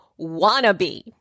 wannabe